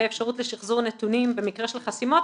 אפשרות לשחזור נתונים במקרה של חסימות,